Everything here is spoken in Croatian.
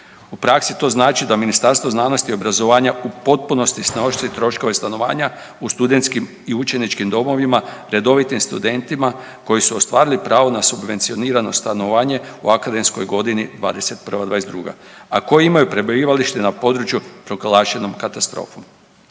U praksi to znači da Ministarstvo znanosti i obrazovanja u potpunosti snosi troškove stanovanja u studentskim i učeničkim domovima redovitim studentima koji su ostvarili pravo na subvencionirano stanovanje u akademskoj godini 21/22., a koji imaju prebivalište na području proglašenom katastrofom.